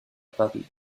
paris